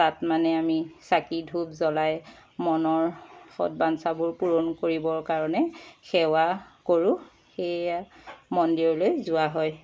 তাত মানে আমি চাকি ধূপ জ্বলাই মনৰ সৎ বাঞ্ছাবোৰ পূৰণ কৰিবৰ কাৰণে সেৱা কৰোঁ সেয়ে মন্দিৰলৈ যোৱা হয়